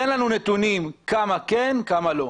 תן לנו נתונים כמה כן, כמה לא.